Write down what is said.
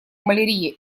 малярия